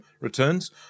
returns